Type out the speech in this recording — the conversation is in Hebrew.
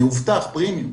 מאובטח פרימיום.